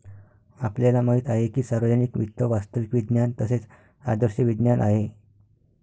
आपल्याला माहित आहे की सार्वजनिक वित्त वास्तविक विज्ञान तसेच आदर्श विज्ञान आहे